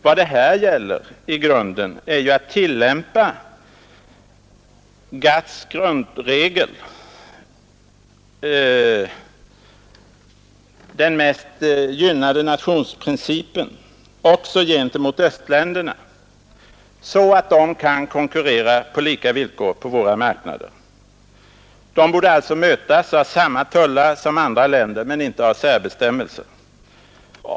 Vad det här gäller är egentligen att tillämpa GATT:s grundregel — den mest gynnade nationsprincipen — också gentemot östländerna, så att de kan konkurrera på lika villkor på våra marknader. De borde alltså mötas av samma tullar som andra länder men inte av särbestämmelser.